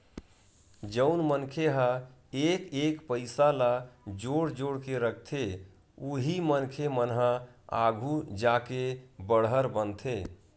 जउन मनखे ह एक एक पइसा ल जोड़ जोड़ के रखथे उही मनखे मन ह आघु जाके बड़हर बनथे